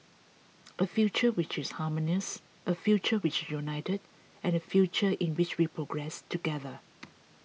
a future which is harmonious a future which is united and a future in which we progress together